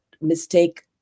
mistake